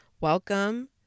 Welcome